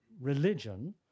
religion